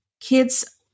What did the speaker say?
kids